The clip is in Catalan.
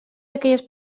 aquelles